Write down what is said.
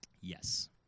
Yes